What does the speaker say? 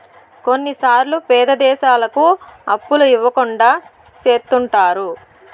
కొన్నిసార్లు పేద దేశాలకు అప్పులు ఇవ్వకుండా చెత్తుంటారు